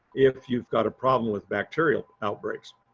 if you've got a problem with bacterial outbreaks.